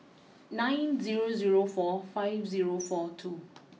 nine zero zero four five zero four two